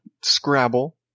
Scrabble